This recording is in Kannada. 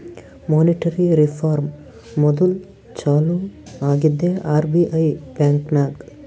ಮೋನಿಟರಿ ರಿಫಾರ್ಮ್ ಮೋದುಲ್ ಚಾಲೂ ಆಗಿದ್ದೆ ಆರ್.ಬಿ.ಐ ಬ್ಯಾಂಕ್ನಾಗ್